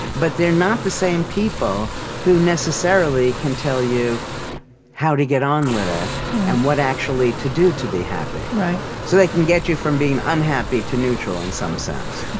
but they're not the same people who necessarily can tell you how to get on with it and what actually to do to be happy. so they can get you from being unhappy to neutral, in some sense.